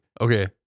Okay